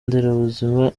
nderabuzima